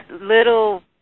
little